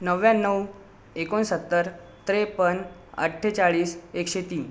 नव्याण्णव एकोणसत्तर त्रेपन्न अठ्ठेचाळीस एकशे तीन